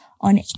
on